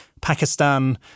Pakistan